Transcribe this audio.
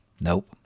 Nope